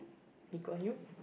Lee Kuan Yew